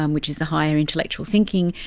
um which is the higher intellectual thinking,